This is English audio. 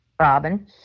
Robin